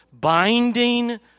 binding